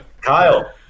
Kyle